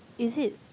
is it